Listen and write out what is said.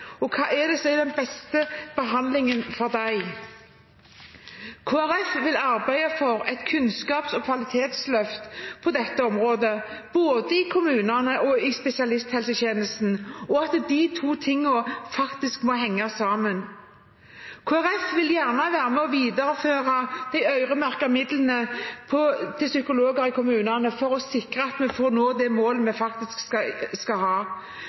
den beste behandlingen for dem. Kristelig Folkeparti vil arbeide for et kunnskaps- og kvalitetsløft på dette området, både i kommunene og i spesialisthelsetjenesten, og at de to tingene faktisk må henge sammen. Kristelig Folkeparti vil gjerne være med på å videreføre de øremerkede midlene til psykologer i kommunene for å sikre at vi når det målet vi faktisk skal ha.